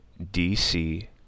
DC